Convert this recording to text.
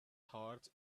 heart